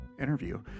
interview